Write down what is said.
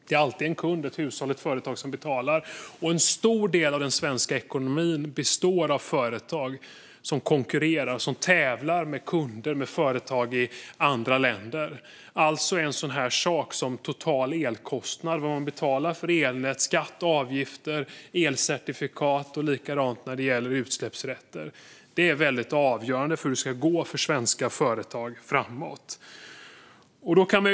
Det är alltid en kund, ett hushåll eller ett företag som betalar, och en stor del av den svenska ekonomin består av företag som konkurrerar och tävlar om kunder med företag i andra länder. Alltså är den totala elkostnaden, vad man betalar för elnät, skatt, avgifter, elcertifikat och utsläppsrätter, väldigt avgörande för hur det ska gå för svenska företag i framtiden.